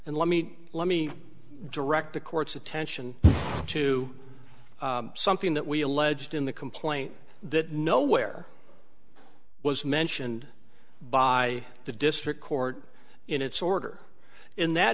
and let me let me direct the court's attention to something that we alleged in the complaint that nowhere was mentioned by the district court in its order in that